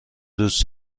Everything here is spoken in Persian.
دوست